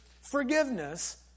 forgiveness